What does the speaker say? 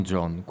John